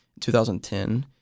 2010